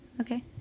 Okay